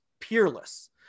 peerless